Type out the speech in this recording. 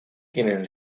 tienen